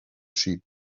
sheep